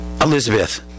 Elizabeth